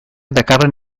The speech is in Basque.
dakarren